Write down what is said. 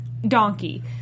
donkey